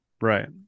Right